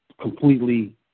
completely